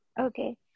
Okay